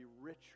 richer